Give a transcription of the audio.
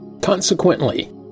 Consequently